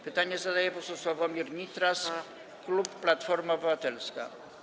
Pytanie zadaje poseł Sławomir Nitras, klub Platforma Obywatelska.